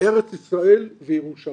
ארץ ישראל וירושלים.